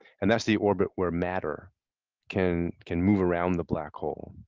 and that's the orbit where matter can can move around the black hole.